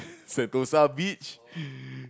sentosa beach